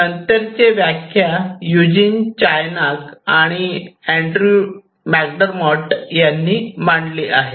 नंतरचे व्याख्या Eugene Charniak आणि ड्र्यू मॅकडर्मोट यांनी मांडली आहे